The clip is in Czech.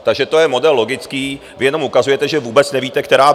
Takže to je model logický, vy jenom ukazujete, že vůbec nevíte, která bije.